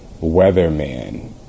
weatherman